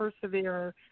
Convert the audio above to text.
persevere